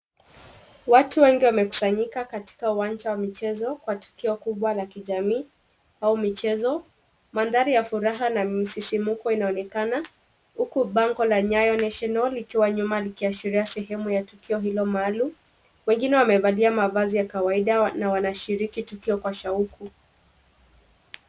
Watu wengi wamekusanyika katika uwanja wa michezo kwa tukio kubwa la kijamii au michezo. Mandhari ya furaha na msisimuko inaonekana huku bango la NYAYO NATIONAL likiwa nyuma likiashiria sehemu ya tukio hilo maalum. Wengine wamevalia mavazi ya kawaida na wanashiriki tukio kwa shauku.